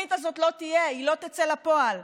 התוכנית הזאת לא תהיה, היא לא תצא לפועל.